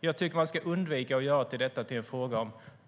Jag tycker att man ska undvika att göra detta till